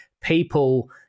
people